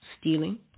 stealing